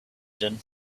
din